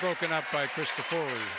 broken up by christopher